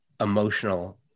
emotional